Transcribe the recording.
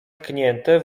tknięte